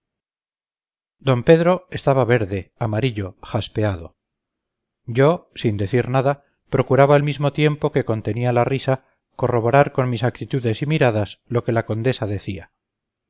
d pedro estaba verde amarillo jaspeado yo sin decir nada procuraba al mismo tiempo que contenía la risa corroborar con mis actitudes y miradas lo que la condesa decía